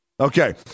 okay